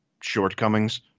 shortcomings